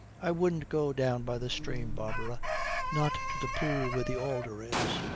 i wouldn't go down by the stream, barbara not to the pool where the alder is.